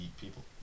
people